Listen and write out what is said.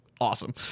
Awesome